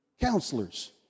counselors